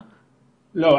לא.